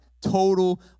total